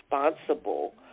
responsible